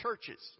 churches